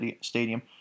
Stadium